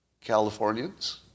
Californians